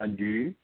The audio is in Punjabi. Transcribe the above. ਹਾਂਜੀ